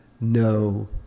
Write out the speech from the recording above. no